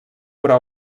però